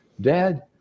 Dad